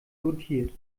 dotiert